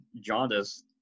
jaundice